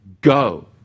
go